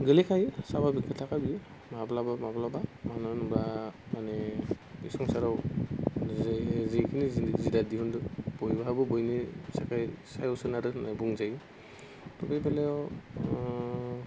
गोग्लैखायो साभाबिग खोथाखा बेयो माब्लाबा माब्लाबा मानो होनोबा माने बे संसाराव जिखिनि जिराद दिहुन्दों बयहाबो बयनि सायाव सोनारो होनना बुंजायो त' बे बेलायाव